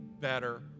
better